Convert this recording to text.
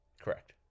Correct